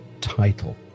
title